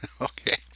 Okay